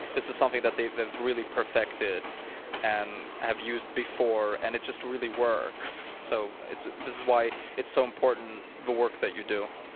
this is something that they've they've really perfected and have used before, and it just really works. so this is why it's so important the work that you do.